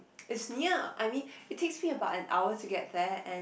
it's near I mean it takes me about an hour to get there and